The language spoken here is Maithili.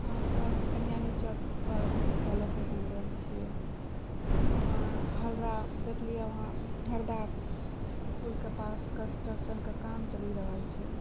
अहाँके फरियानी चौकपर कहलहुँ कि अखैन गेल छिए वहाँ हरदा देखलिए वहाँ हरदा पुलके पास कंस्ट्रक्शनके काम चलि रहल छै